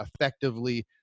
effectively